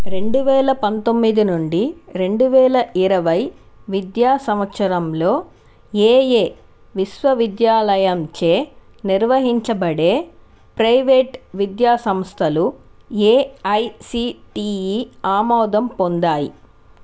రెండు వేల పంతొమ్మిది నుండి రెండు వేల ఇరవై విద్యా సంవత్సరంలో ఏయే విశ్వవిద్యాలయంచే నిర్వహించబడే ప్రైవేట్ విద్యా సంస్థలు ఏఐసిటిఈ ఆమోదం పొందాయి